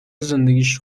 زندگیش